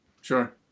sure